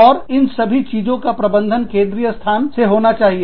और इन सभी चीजों का प्रबंधन केंद्रीय स्थान से होना चाहिए